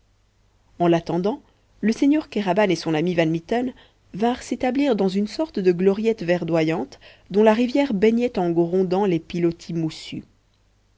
en l'attendant le seigneur kéraban et son ami van mitten vinrent s'établir dans une sorte de gloriette verdoyante dont la rivière baignait en grondant les pilotis moussus